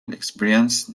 experience